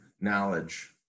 knowledge